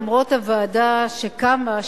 למרות הוועדה שקמה,